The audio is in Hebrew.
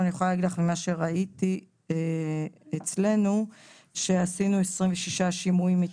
אבל ממה שראיתי אצלנו מ-2021 נעשו 26 שימועים.